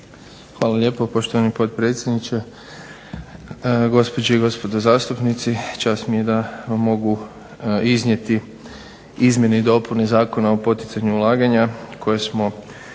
Hvala lijepo poštovani potpredsjedniče, gospođe i gospodo zastupnici. Čast mi je da mogu iznijeti Izmjene i dopune Zakona o poticanju ulaganja koje smo proveli